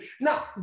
Now